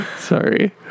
Sorry